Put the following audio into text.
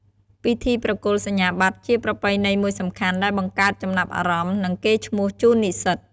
ពិធីប្រគល់សញ្ញាបត្រជាប្រពៃណីមួយសំខាន់ដែលបង្កើតចំណាប់អារម្មណ៍ និងកេរ្តិ៍ឈ្មោះជូននិសិ្សត។